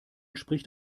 spricht